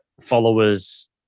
followers